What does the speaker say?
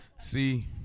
See